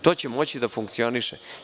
To će moći da funkcioniše.